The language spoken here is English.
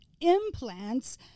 implants